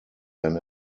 then